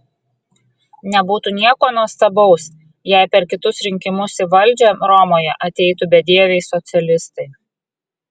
nebūtų nieko nuostabaus jei per kitus rinkimus į valdžią romoje ateitų bedieviai socialistai